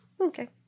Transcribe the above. Okay